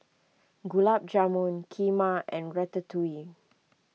Gulab Jamun Kheema and Ratatouille